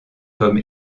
comme